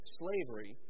slavery